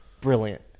brilliant